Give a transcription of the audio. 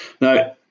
Now